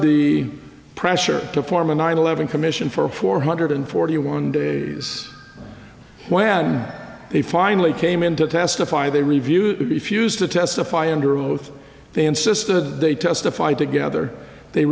the pressure to form a nine eleven commission for four hundred forty one days when they finally came in to testify they reviewed if used to testify under oath they insisted they testify together they